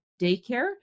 daycare